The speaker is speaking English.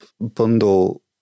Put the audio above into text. bundle